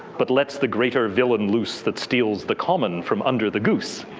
but let's the greater villain loose that steals the common from under the goose.